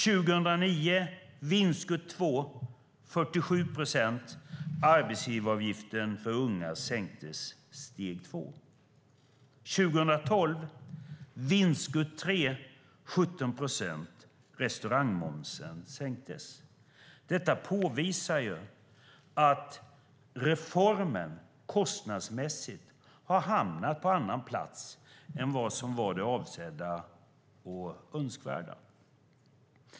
År 2009 tog det vinstskutt två, 47 procent. Arbetsgivaravgiften för unga sänktes; det var steg två. År 2009 togs vinstskutt tre, 17 procent. Restaurangmomsen sänktes. Det visar att reformen kostnadsmässigt hamnat på annan plats än den som var den avsedda och önskvärda.